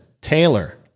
Taylor